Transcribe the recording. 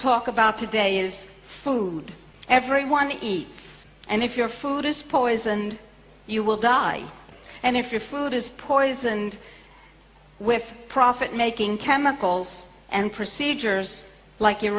talk about today is food everyone eats and if your food is poisoned you will die and if your food is poisoned with profit making chemicals and procedures like